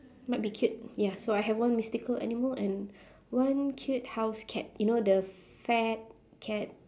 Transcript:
might be cute ya so I have one mystical animal and one cute house cat you know the fat cat